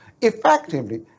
effectively